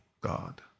God